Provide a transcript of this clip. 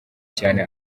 cyane